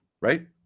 Right